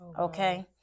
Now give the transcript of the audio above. okay